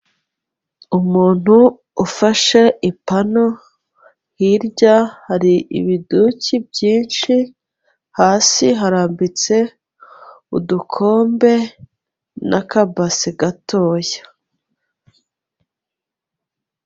Umuntu ufashe ipanu hirya hari ibiduki byinshi hasi harambitse udukombe nakabasi gatoya.